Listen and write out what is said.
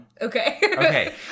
Okay